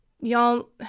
Y'all